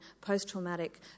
post-traumatic